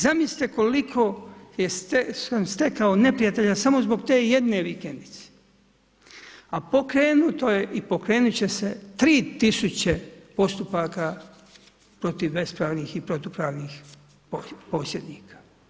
Zamislite koliko sam stekao neprijatelja samo zbog te jedne vikendice, a pokrenuto je i pokrenut će se 3000 postupaka protiv bespravnih i protupravnih posjednika.